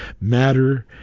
matter